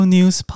News